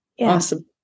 Awesome